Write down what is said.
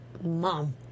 Mom